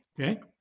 okay